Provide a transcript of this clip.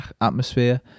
atmosphere